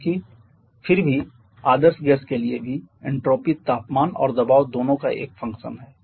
क्योंकि फिर भी आदर्श गैस के लिए भी एन्ट्रापी तापमान और दबाव दोनों का एक फंक्शन है